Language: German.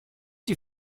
die